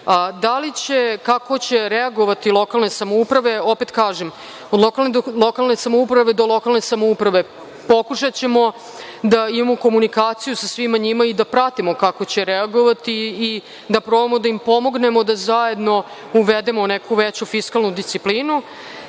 maloveći. Kao će reagovati lokalne samouprave? Opet kažem, od lokalne samouprave do lokalne samouprave, pokušaćemo da imamo komunikaciju sa svima njima i da pratimo kako će reagovati, da probamo da im pomognemo da zajedno uvedemo neku veću fiskalnu disciplinu.